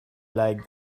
like